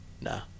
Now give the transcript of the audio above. nah